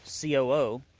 COO